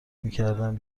نمیکردم